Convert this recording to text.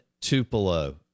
Tupelo